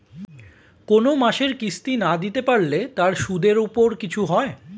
কোন মাসের কিস্তি না দিতে পারলে তার সুদের উপর কিছু হয়?